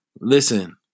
Listen